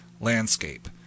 Landscape